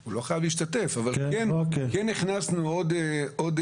הוא לא חייב להשתתף אבל בתקנות כן הכנסנו עוד סייג